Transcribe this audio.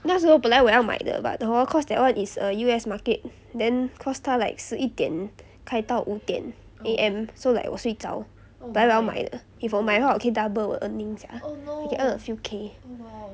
那时候本来我要买的 but hor cause that [one] is err U_S market then cause 他 like 十一点开到五点 A_M so like 我睡着本来我要买的 if 我买的话我可以 double 我的 earning sia I can earn a few K